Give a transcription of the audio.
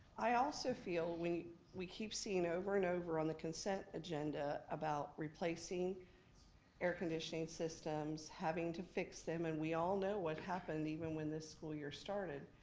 i also feel, we we keep seeing over and over on the consent agenda about replacing air conditioning systems, having to fix them, and we all know what happened even when this school year started,